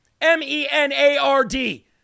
M-E-N-A-R-D